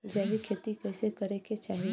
जैविक खेती कइसे करे के चाही?